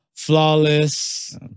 Flawless